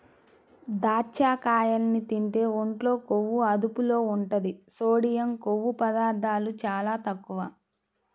దాచ్చకాయల్ని తింటే ఒంట్లో కొవ్వు అదుపులో ఉంటది, సోడియం, కొవ్వు పదార్ధాలు చాలా తక్కువ